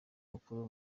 mukuru